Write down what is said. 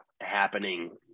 happening